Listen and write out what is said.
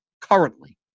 currently